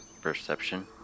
perception